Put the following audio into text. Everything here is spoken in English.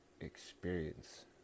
experience